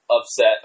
upset